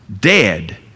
dead